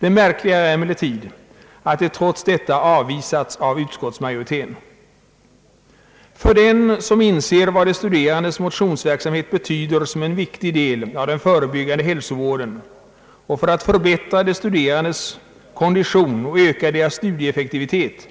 Det märkliga är emellertid att det trots detta har avvisats av utskottsmajoriteten. För den som inser vad de studerandes motionsverksamhet betyder som en viktig del av den förebyggande hälsovården och för att förbättra de studerandes kondition och öka deras studieeffektivitet